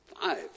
five